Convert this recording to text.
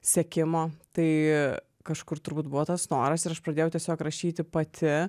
sekimo tai kažkur turbūt buvo tas noras ir aš pradėjau tiesiog rašyti pati